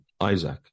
Isaac